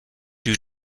due